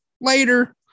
later